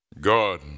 God